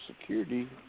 Security